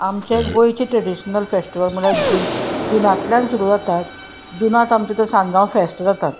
आमचे गोंयचे traditional festival म्हणल्यार जून जुनांतल्यान सुरू जातात जुनांत आमचे तो सांज्यांव फेस्त जातात